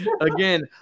Again